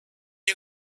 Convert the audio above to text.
you